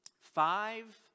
five